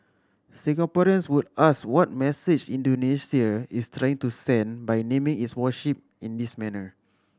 Singaporeans would ask what message Indonesia is trying to send by naming its warship in this manner